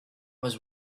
was